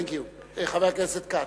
Thank You. חבר הכנסת כץ,